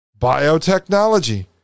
biotechnology